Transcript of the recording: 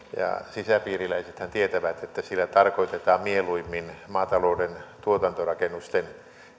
sisäpiiriläisethän tietävät että sillä tarkoitetaan mieluimmin maatalouden tuotantorakennusten